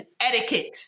etiquette